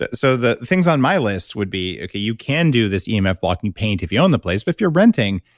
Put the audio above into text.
but so the things on my list would be, okay, you can do this emf blocking paint if you own the place. but if you're renting,